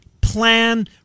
plan